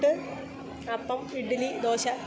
puttu appam idli dosa